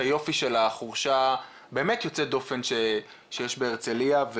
היופי של החורשה באמת יוצאת הדופן שיש בהרצליה.